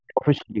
officially